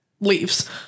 leaves